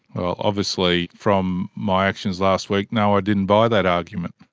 well obviously from my actions last week no, i didn't buy that argument.